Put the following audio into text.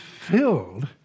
filled